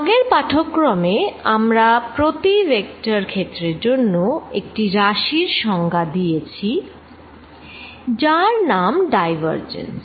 আগের পাঠক্রমে আমরা প্রতি ভেক্টর ক্ষেত্রের জন্য একটি রাশির সংজ্ঞা দিয়েছি যার নাম ডাইভারজেন্স